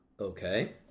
Okay